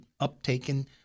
uptaken